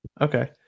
okay